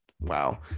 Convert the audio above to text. wow